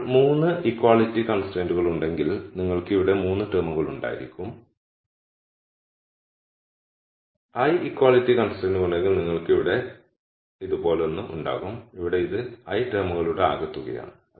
ഇപ്പോൾ 3 ഇക്വാളിറ്റി കൺസ്ട്രൈന്റുകൾ ഉണ്ടെങ്കിൽ നിങ്ങൾക്ക് ഇവിടെ 3 ടേമുകൾ ഉണ്ടായിരിക്കും l ഇക്വാളിറ്റി കൺസ്ട്രൈന്റു ഉണ്ടെങ്കിൽ നിങ്ങൾക്ക് ഇവിടെ ഇതുപോലൊന്ന് ഉണ്ടാകും ഇവിടെ ഇത് l ടേമുകളുടെ ആകെത്തുകയാണ്